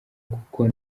kuko